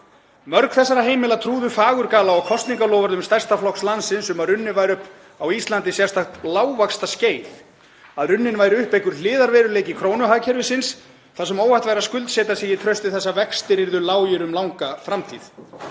Mörg þessara heimila trúðu fagurgala og kosningaloforðum stærsta flokks landsins um að runnið væri upp á Íslandi sérstakt lágvaxtaskeið, að runninn væri upp einhver hliðarveruleiki krónuhagkerfisins þar sem óhætt væri að skuldsetja sig í trausti þess að vextir yrðu lágir um langa framtíð.